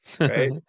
Right